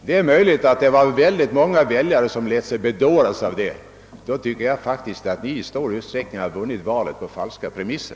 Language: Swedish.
Det är möjligt att det var många väljare som lät sig bedåras av detta. Men då tycker jag att ni vann valet på falska premisser.